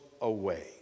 away